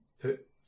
put